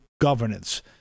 governance